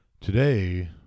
Today